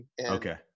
Okay